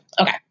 Okay